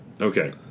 Okay